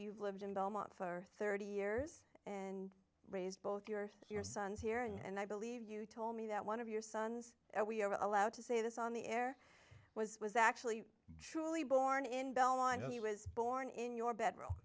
you've lived in belmont for thirty years and raised both your your sons here and i believe you told me that one of your sons we are allowed to say this on the air was was actually truly born in belmont he was born in your bedroom